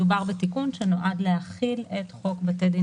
מדובר בתיקון שנועד להחיל את חוק בתי דין